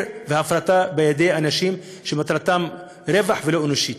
והפרטה בידי אנשים שמטרתם רווח ולא אנושיות.